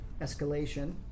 escalation